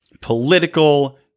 Political